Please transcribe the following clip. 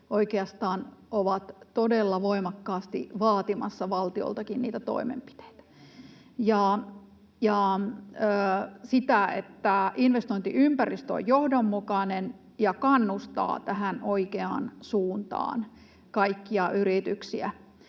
oikeastaan ovat todella voimakkaasti vaatimassa valtioltakin toimenpiteitä ja sitä, että investointiympäristö on johdonmukainen ja kannustaa tähän oikeaan suuntaan kaikkia yrityksiä.